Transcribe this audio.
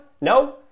No